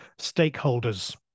Stakeholders